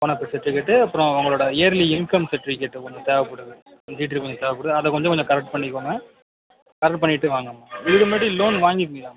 bona fide certificate அப்புறம் உங்களோடய yearly income certificate ஒன்று தேவைப்படுது தேவைப்படுது அதை கொஞ்சம் கொஞ்சம் கரெக்ட் பண்ணிக்கோங்க கரெக்ட் பண்ணிக்கிட்டு வாங்க இதுக்கு முன்னாடி லோன் வாங்கியிருக்கீங்களாமா